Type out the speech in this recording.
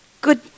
good